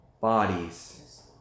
bodies